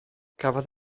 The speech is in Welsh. cafodd